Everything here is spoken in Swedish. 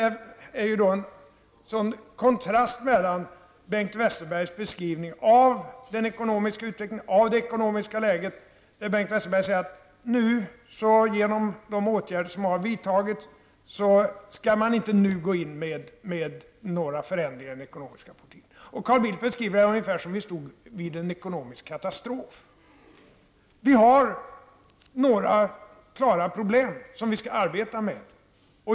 Det är en sådan kontrast mellan Carl Bildts beskrivning och Bengt Westerbergs beskrivning av den ekonomiska utvecklingen och det ekonomiska läget. Bengt Westerberg säger att på grund av de åtgärder som har vidtagits skall man inte nu företa några förändringar i den ekonomiska politiken. Carl Bildt beskriver läget ungefär som om vi stod inför en ekonomisk katastrof. Vi har några klara problem, som vi skall arbeta med.